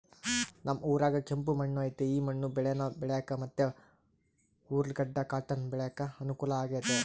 ನಮ್ ಊರಾಗ ಕೆಂಪು ಮಣ್ಣು ಐತೆ ಈ ಮಣ್ಣು ಬೇಳೇನ ಬೆಳ್ಯಾಕ ಮತ್ತೆ ಉರ್ಲುಗಡ್ಡ ಕಾಟನ್ ಬೆಳ್ಯಾಕ ಅನುಕೂಲ ಆಗೆತೆ